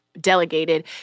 delegated